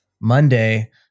Monday